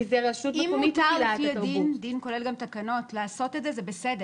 רשות מקומית מפעילה את התרבות.